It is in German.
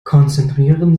konzentrieren